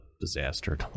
disaster